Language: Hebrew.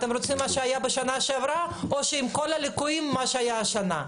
אתם רוצים את מה שהיה שבשנה שעברה או שעם כל הליקויים את מה שהיה השנה?